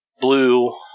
blue